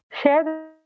share